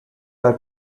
are